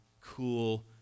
cool